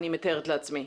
אני מתארת לעצמי,